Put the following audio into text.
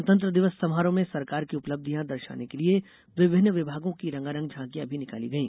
गणतंत्र दिवस समारोह में सरकार की उपलब्धियां दर्शाने के लिए विभिन्न विभागों की रंगारंग झांकियां भी निकाली गई